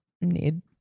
need